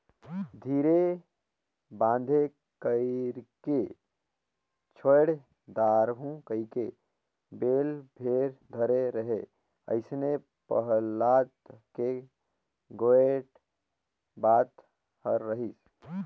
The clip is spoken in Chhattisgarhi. धीरे बांधे कइरके छोएड दारहूँ कहिके बेल भेर धरे रहें अइसने पहलाद के गोएड बात हर रहिस